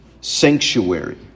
sanctuary